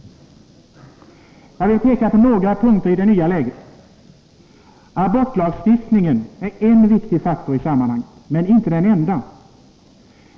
Jag vill peka på några punkter i det nya läget. Abortlagstiftningen är en viktig faktor, men inte den enda.